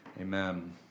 Amen